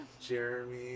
Jeremy